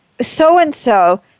so-and-so